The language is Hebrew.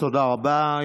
תודה רבה.